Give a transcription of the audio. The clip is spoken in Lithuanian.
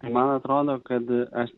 man atrodo kad aš